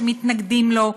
שמתנגדים לו,